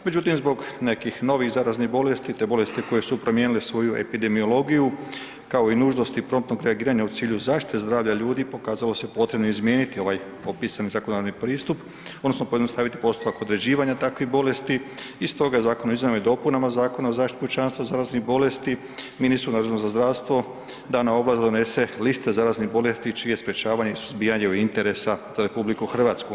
Međutim, zbog nekih novih zaraznih bolesti, te bolesti koje su promijenile svoju epidemiologiju, kao i nužnosti promptnog reagiranja u cilju zaštite zdravlja ljudi pokazalo se potrebnim izmijeniti ovaj opisani zakonodavni pristup odnosno pojednostaviti postupak određivanja takvih bolesti i stoga Zakon o izmjenama i dopunama Zakona o zaštiti pučanstva zaraznih bolesti, ministru nadležnom za zdravstvo dana ovlast da donese liste zaraznih bolesti čije je sprječavanje i suzbijanje od interesa za RH.